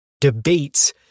debates